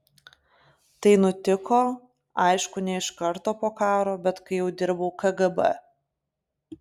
tai nutiko aišku ne iš karto po karo bet kai jau dirbau kgb